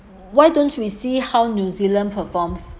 why don't we see how new zealand performs